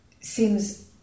seems